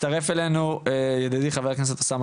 הצטרף אלינו ידידי חבר הכנסת אוסאמה